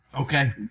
Okay